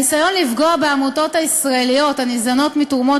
הניסיון לפגוע בעמותות הישראליות הניזונות מתרומות